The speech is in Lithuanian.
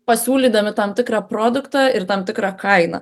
pasiūlydami tam tikrą produktą ir tam tikrą kainą